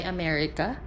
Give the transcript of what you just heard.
America